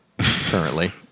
currently